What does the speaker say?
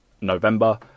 November